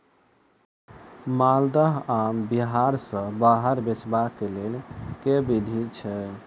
माल्दह आम बिहार सऽ बाहर बेचबाक केँ लेल केँ विधि छैय?